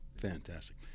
Fantastic